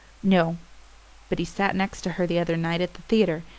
no but he sat next to her the other night at the theatre,